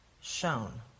shown